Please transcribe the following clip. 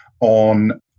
on